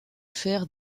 fer